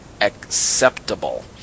acceptable